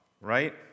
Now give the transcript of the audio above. right